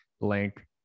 link